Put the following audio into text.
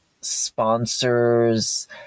sponsors